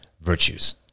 virtues